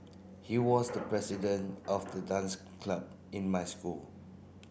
he was the president of the dance club in my school